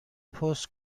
پست